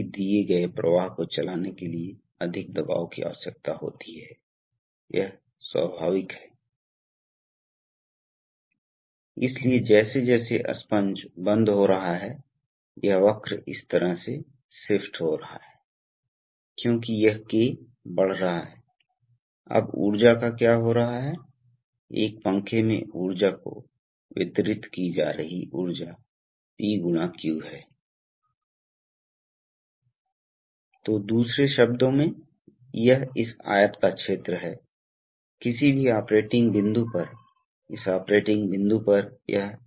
इसलिए इसलिए सभी सील हवा को लीक होने से रोकने के लिए सब कुछ बहुत तंग होता है और इससे बहुत अधिक घर्षण पैदा होता है इसलिए लुब्रिकेशन अधिक आवश्यक है इसी तरह कूलिंग क्योंकि कंप्रेसर वास्तव में बहुत काम कर रहा है इसलिए बहुत अधिक गर्मी का उत्पादन होता है जिसकी ठंडा होने की आवश्यकता होती है और आपको अनलोडिंग सिस्टम की आवश्यकता होती है आप जानते हैं कि कंप्रेशर्स ऊर्जा अत्यधिक खपत करने वाले होते हैं इसलिए जब भी आपको ज़रूरत नहीं होती है जब आपके पास पर्याप्त कंप्रेसर हवा की आपूर्ति होती है तो ऐसे तंत्र होते हैं जिनके द्वारा ये कंप्रेसर वास्तव में अनलोड होते हैं